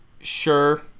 Sure